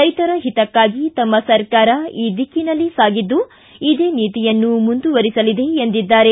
ರೈತರ ಹಿತಕ್ಕಾಗಿ ತಮ್ಮ ಸರ್ಕಾರ ಈ ದಿಕ್ಕಿನಲ್ಲಿ ಸಾಗಿದ್ದು ಇದೇ ನೀತಿಯನ್ನು ಮುಂದುವರಿಸಲಿದೆ ಎಂದಿದ್ದಾರೆ